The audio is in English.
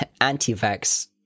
anti-vax